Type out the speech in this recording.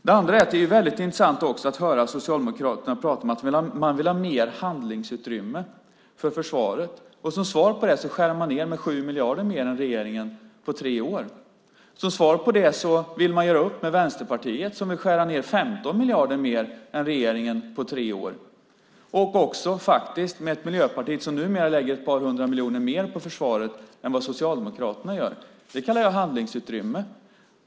Det är mycket intressant att höra Socialdemokraterna prata om att man vill ha mer handlingsutrymme för försvaret. Som svar på det skär man ned med 7 miljarder mer än regeringen på tre år. Som svar på det vill man göra upp med Vänsterpartiet som vill skära ned 15 miljarder mer än regeringen på tre år och också, faktiskt, med Miljöpartiet som numera lägger ett par hundra miljoner mer på försvaret än vad Socialdemokraterna gör. Det kallar jag handlingsutrymme.